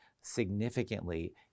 significantly